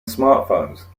smartphones